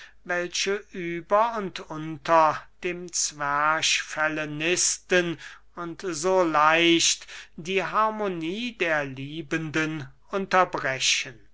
welche über und unter dem zwerchfelle nisten und so leicht die harmonie der liebenden unterbrechen